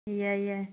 ꯌꯥꯏ ꯌꯥꯏ